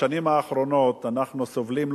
בשנים האחרונות אנחנו סובלים,